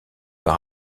par